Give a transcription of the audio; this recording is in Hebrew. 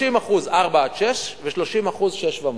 30% זה ארבעה שישה ו-30% שישה ומעלה.